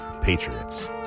Patriots